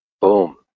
Boom